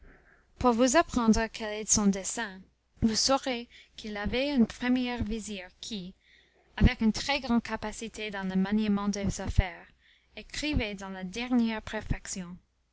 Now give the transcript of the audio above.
pour vous apprendre quel est son dessein vous saurez qu'il avait un premier vizir qui avec une très-grande capacité dans le maniement des affaires écrivait dans la dernière